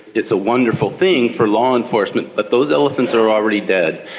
it's a wonderful thing for law enforcement but those elephants are already dead.